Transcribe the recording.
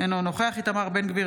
אינו נוכח איתמר בן גביר,